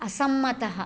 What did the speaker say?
असम्मतः